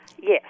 Yes